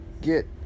get